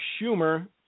Schumer